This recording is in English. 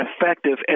effective